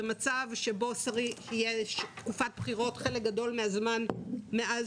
במצב שיש תקופת בחירות חלק גדול מן הזמן מאז